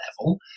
level